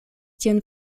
tiun